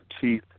teeth